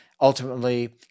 ultimately